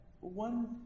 one